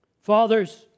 Fathers